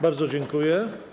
Bardzo dziękuję.